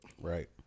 Right